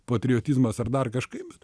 patriotizmas ar dar kažkaip